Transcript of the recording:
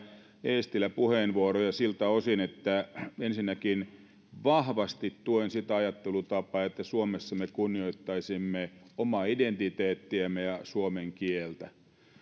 eestilä puheenvuoroja siltä osin että ensinnäkin vahvasti tuen sitä ajattelutapaa että suomessa me kunnioittaisimme omaa identiteettiämme ja suomen kieltä